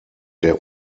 der